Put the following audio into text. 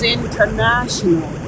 international